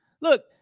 Look